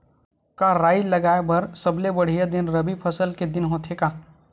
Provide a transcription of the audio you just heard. का राई लगाय बर सबले बढ़िया दिन रबी फसल के दिन होथे का?